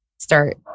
Start